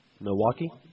Milwaukee